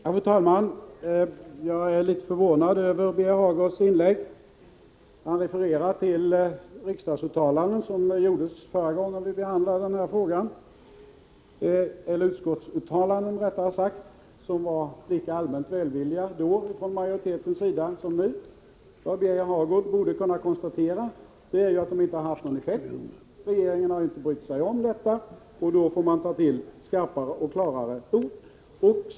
Fru talman! Jag är litet förvånad över Birger Hagårds inlägg. Han refererar till utskottsuttalanden som gjordes förra gången vi behandlade denna fråga. Dessa uttalanden av utskottsmajoriteten var då lika allmänt välvilliga som nu. Vad Birger Hagård kunnat konstatera är att dessa uttalanden inte haft någon effekt; regeringen har inte brytt sig om detta, och då får man ta till skarpare och klarare ord.